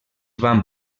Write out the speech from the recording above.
van